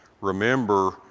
Remember